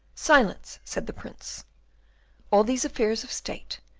silence! said the prince all these affairs of state,